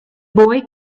boy